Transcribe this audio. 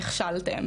נכשלתם,